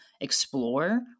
explore